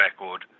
record